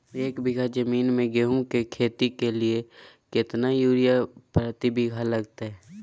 एक बिघा जमीन में गेहूं के खेती के लिए कितना यूरिया प्रति बीघा लगतय?